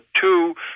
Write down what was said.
two